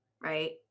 right